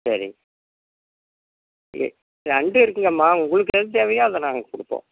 சரி ஏ நண்டு இருக்குங்கம்மா உங்களுக்கு எது தேவையோ அதை நாங்கள் கொடுப்போம்